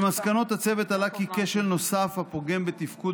ממסקנות הצוות עלה כי כשל נוסף הפוגם בתפקוד